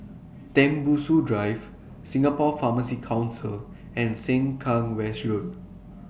Tembusu Drive Singapore Pharmacy Council and Sengkang West Road